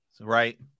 Right